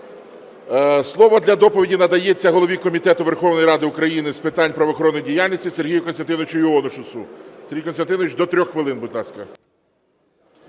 Слово для доповіді надається голові Комітету Верховної Ради України з питань правоохоронної діяльності Сергію Костянтиновичу Іонушасу. Сергій Костянтинович, до 3 хвилин, будь ласка.